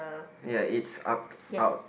ya it's arced out